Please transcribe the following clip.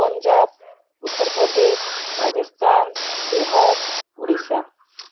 Punjab Uttar Pradesh Rajasthan Bihar Odisha